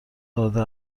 داده